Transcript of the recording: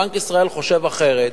בנק ישראל חושב אחרת,